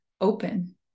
open